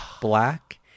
black